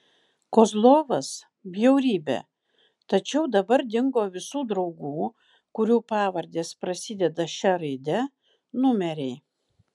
kozlovas bjaurybė tačiau dabar dingo visų draugų kurių pavardės prasideda šia raide numeriai